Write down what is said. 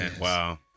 Wow